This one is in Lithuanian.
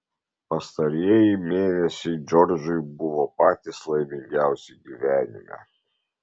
pastarieji mėnesiai džordžui buvo patys laimingiausi gyvenime